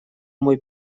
мой